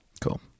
Cool